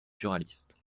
buralistes